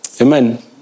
Amen